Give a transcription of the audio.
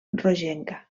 rogenca